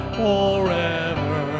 forever